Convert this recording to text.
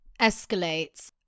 escalates